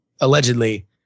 allegedly